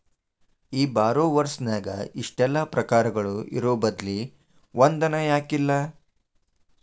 ಈ ಬಾರೊವರ್ಸ್ ನ್ಯಾಗ ಇಷ್ಟೆಲಾ ಪ್ರಕಾರಗಳು ಇರೊಬದ್ಲಿ ಒಂದನ ಯಾಕಿಲ್ಲಾ?